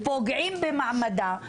פוגעים במעמדה,